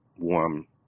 warm